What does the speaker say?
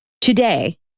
today